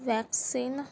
vaccine